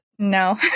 No